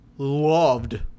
loved